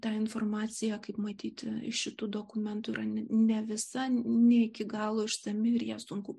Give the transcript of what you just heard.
ta informacija kaip matyti iš šitų dokumentų yra ne visa ne iki galo išsami ir ją sunku